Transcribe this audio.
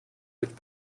which